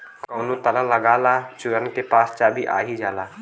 कउनो ताला लगा ला चोरन के पास चाभी आ ही जाला